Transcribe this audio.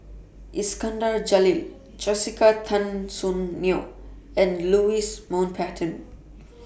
Iskandar Jalil Jessica Tan Soon Neo and Louis Mountbatten